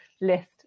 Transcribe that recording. list